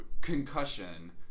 concussion